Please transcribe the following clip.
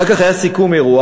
"אחר כך היה סיכום אירוע.